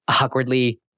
awkwardly